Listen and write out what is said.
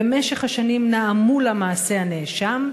ש"במשך השנים נעמו לה מעשי הנאשם".